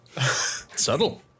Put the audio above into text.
Subtle